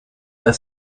the